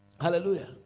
Hallelujah